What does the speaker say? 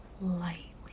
lightly